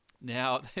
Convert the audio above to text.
Now